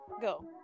go